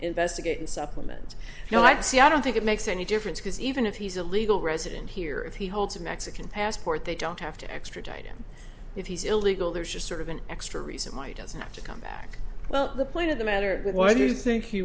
investigate and supplement you know i see i don't think it makes any difference because even if he's a legal resident here if he holds a mexican passport they don't have to extradite him if he's illegal there's just sort of an extra reason why he doesn't have to come back well the point of the matter with why